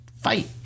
fight